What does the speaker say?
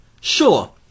Sure